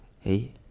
hey